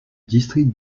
district